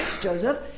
Joseph